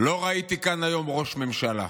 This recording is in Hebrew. לא ראיתי כאן היום ראש ממשלה.